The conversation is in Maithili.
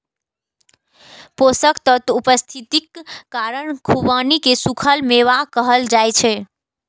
पोषक तत्वक उपस्थितिक कारण खुबानी कें सूखल मेवा कहल जाइ छै